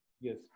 Yes